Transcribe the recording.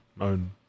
own